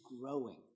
growing